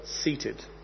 seated